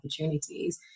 opportunities